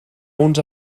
uns